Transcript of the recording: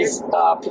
stop